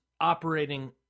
operating